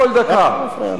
לשירות לאומי.